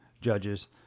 judges